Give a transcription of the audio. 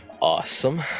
awesome